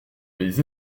les